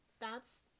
That's-